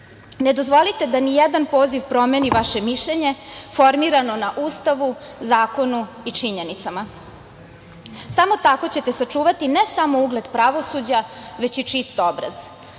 Ne dozvolite da ni jedan poziv promeni vaše mišljenje formirano na Ustavu, zakonu i činjenicama. Samo tako ćete sačuvati, ne samo ugled pravosuđa, već i čist obraz.